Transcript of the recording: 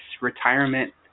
retirement